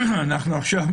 אנחנו עכשיו